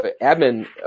admin